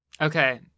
Okay